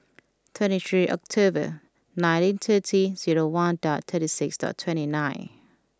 twenty three October nineteen thirty zero one dot thirty six dot twenty nine